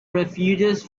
refugees